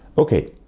ok,